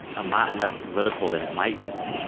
a lot less political than it might be.